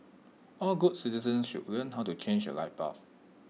all good citizens should learn how to change A light bulb